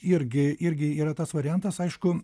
irgi irgi yra tas variantas aišku